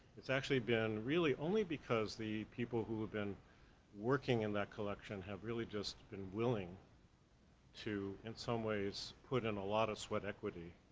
it's actually been really, only because the people who have been working in that collection have really just been willing to, in some ways, put in a lot of sweat equity,